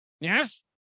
Yes